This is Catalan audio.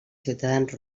ciutadans